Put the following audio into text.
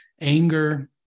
anger